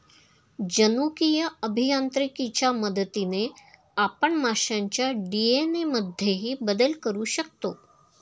जनुकीय अभियांत्रिकीच्या मदतीने आपण माशांच्या डी.एन.ए मध्येही बदल करू शकतो